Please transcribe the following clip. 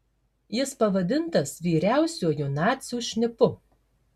jis pavadintas vyriausiuoju nacių šnipu